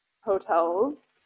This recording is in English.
hotels